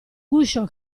guscio